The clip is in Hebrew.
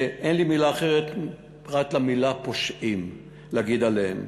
ואין לי מילה אחרת פרט למילה "פושעים" להגיד עליהם,